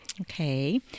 Okay